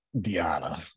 Diana